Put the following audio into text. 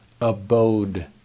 abode